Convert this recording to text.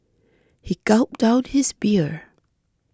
he gulped down his beer